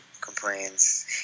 complains